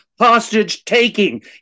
hostage-taking